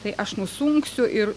tai aš nusunksiu ir